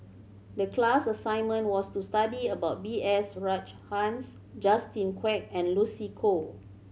the class assignment was to study about B S Rajhans Justin Quek and Lucy Koh